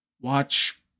watch